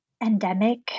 endemic